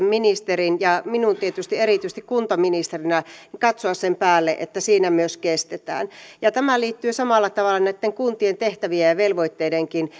ministerin ja minun tietysti erityisesti kuntaministerinä katsoa sen päälle että siinä myös kestetään tämä liittyy samalla tavalla näitten kuntien tehtävien ja velvoitteidenkin